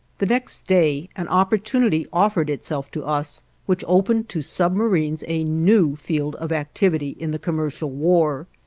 the next day an opportunity offered itself to us which opened to submarines a new field of activity in the commercial war.